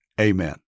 amen